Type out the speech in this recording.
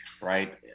right